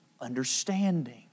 Understanding